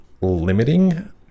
limiting